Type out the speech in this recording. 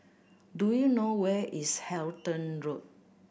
do you know where is Halton Road